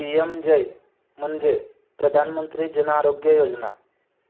P M जय म्हणजे प्रधानमंत्री जन आरोग्य योजना